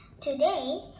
Today